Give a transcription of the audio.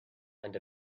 and